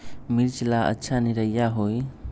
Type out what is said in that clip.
मिर्च ला अच्छा निरैया होई?